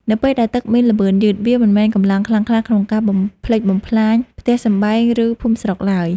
នៅពេលដែលទឹកមានល្បឿនយឺត វាមិនមានកម្លាំងខ្លាំងក្លាក្នុងការបំផ្លិចបំផ្លាញផ្ទះសម្បែង ឬភូមិស្រុកឡើយ។